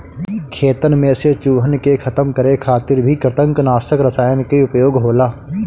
खेतन में से चूहन के खतम करे खातिर भी कृतंकनाशक रसायन के उपयोग होला